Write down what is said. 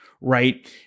right